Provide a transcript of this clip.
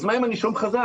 אז מה אם הנישום חזק?